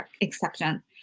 exception